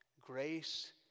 Grace